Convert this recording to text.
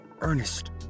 Ernest